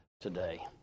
today